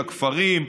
לכפרים,